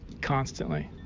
constantly